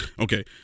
okay